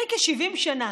לפני כ-70 שנה,